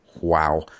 wow